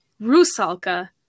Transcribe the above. Rusalka